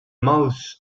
mouths